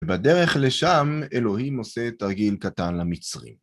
ובדרך לשם אלוהים עושה תרגיל קטן למצרים.